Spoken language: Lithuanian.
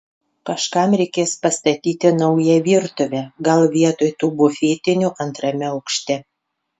kažkam reikės pastatyti naują virtuvę gal vietoj tų bufetinių antrame aukšte